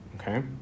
Okay